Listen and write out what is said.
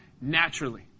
naturally